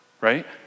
Right